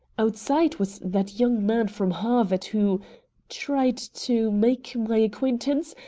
outside was that young man from harvard who tried to make my acquaintance,